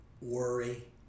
worry